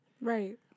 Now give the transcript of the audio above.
Right